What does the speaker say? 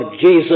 Jesus